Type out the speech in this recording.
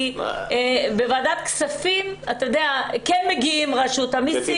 כי בוועדת כספים כן מגיעים רשות המיסים.